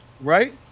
right